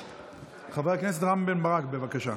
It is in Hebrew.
חבר הכנסת רם בן ברק, בבקשה.